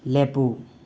ꯂꯦꯞꯄꯨ